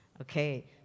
Okay